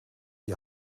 die